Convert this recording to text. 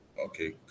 okay